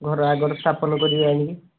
ଘର ଆଗରେ ସ୍ଥାପନ କରିବେ ଆଣିକି